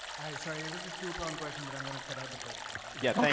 sorry, it was a two-pronged question but i'm gonna cut out the first yeah